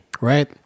right